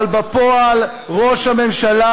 אבל בפועל, ראש הממשלה,